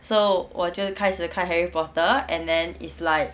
so 我觉得开始看 harry potter and then it's like